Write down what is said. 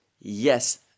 yes